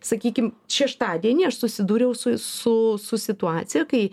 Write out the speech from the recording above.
sakykime šeštadienį aš susidūriau su su su situacija kai